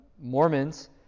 Mormons